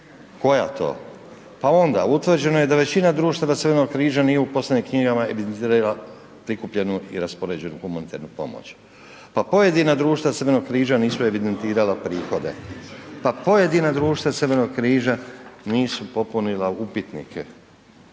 koja to, pa onda utvrđeno je da većina društava Crvenog križa nije u poslovnim knjigama evidentirala prikupljenu i raspoređenu humanitarnu pomoć, pa pojedina društva Crvenog križa nisu evidentirala prihode, pa pojedina društva Crvenog križa nisu popunila upitnike.